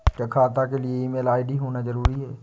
क्या खाता के लिए ईमेल आई.डी होना जरूरी है?